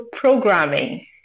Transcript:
programming